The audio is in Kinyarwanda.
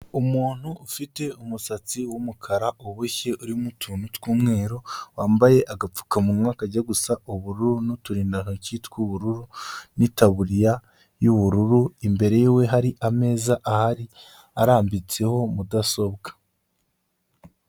Umuntu ufite umusatsi w'umukara uboshye urimo utuntu tw'umweru, wambaye agapfukamunwa kajya gusa ubururu, n'uturindantoki tw'ubururu, n'itaburiya y'ubururu, imbere yewe hari ameza ahari arambitseho mudasobwa.